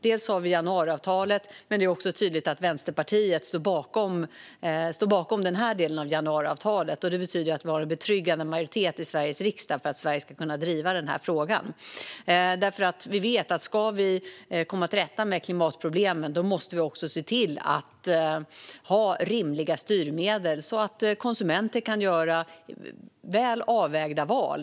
Dels har vi januariavtalet, dels är det tydligt att Vänsterpartiet står bakom den här delen av januariavtalet, vilket betyder att vi har en betryggande majoritet i Sveriges riksdag för att Sverige ska kunna driva frågan. Vi vet ju att om vi ska komma till rätta med klimatproblemen måste vi också se till att ha rimliga styrmedel så att konsumenter kan göra väl avvägda val.